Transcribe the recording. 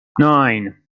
nine